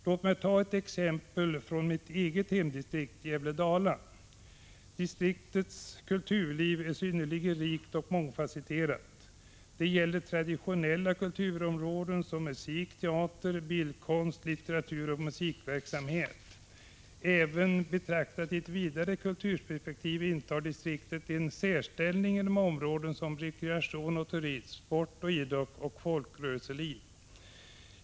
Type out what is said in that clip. Låt mig ta ett exempel från mitt eget hemdistrikt Gävle-Dala. Distriktets kulturliv är synnerligen rikt och mångfasetterat. Det gäller traditionella kulturområden som musik, teater, bildkonst, litteratur och museiverksamhet. Även betraktat i ett vidare kulturperspektiv intar distriktet en särställning inom områden som rekreation och turism, sport och idrott samt folkrörelseliv.